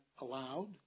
allowed